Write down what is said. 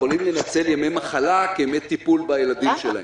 יכולים לנצל ימי מחלה כימי טיפול בילדים שלהם.